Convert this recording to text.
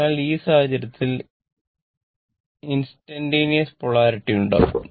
അതിനാൽ ഈ സാഹചര്യത്തിൽ ഇൻസ്റ്റന്റന്റ്സ് പൊളാരിറ്റി ഉണ്ടാകും